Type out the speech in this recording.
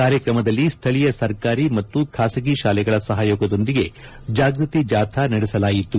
ಕಾರ್ಕ್ರಮದಲ್ಲಿ ಸ್ಥಳೀಯ ಸರ್ಕಾರಿ ಮತ್ತು ಖಾಸಗಿ ಶಾಲೆಗಳ ಸಹಯೋಗದೊಂದಿಗೆ ಜಾಗೃತಿ ಜಾಥಾ ನಡೆಸಲಾಯಿತು